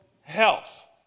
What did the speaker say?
health